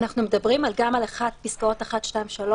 אנחנו מדברים גם על פסקאות (1), (2) ו-(3),